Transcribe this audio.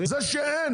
זה שאין